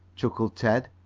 chuckled ted,